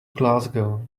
glasgow